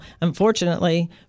Unfortunately